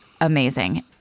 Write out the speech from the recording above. amazing